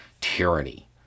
tyranny